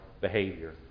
behavior